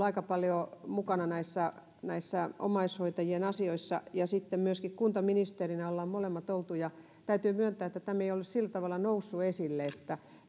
aika paljon mukana näissä näissä omaishoitajien asioissa ja sitten myöskin kuntaministerinä ollaan molemmat oltu ja täytyy myöntää että tämä ei ole sillä tavalla noussut esille